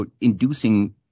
inducing